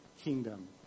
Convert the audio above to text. kingdom